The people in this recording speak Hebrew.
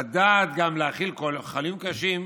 לדעת גם להכיל חולים קשים,